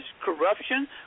corruption